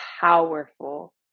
powerful